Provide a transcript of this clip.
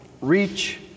reach